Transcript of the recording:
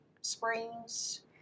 Springs